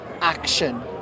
action